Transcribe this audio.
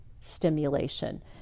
stimulation